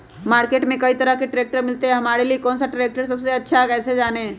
Market में कई तरह के ट्रैक्टर मिलते हैं हमारे लिए कौन सा ट्रैक्टर सबसे अच्छा है कैसे जाने?